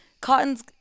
Cotton's